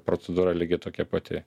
procedūra lygiai tokia pati